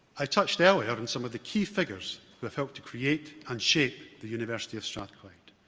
i touched however on some of the key figures that helped to create and shape the university of strathclyde.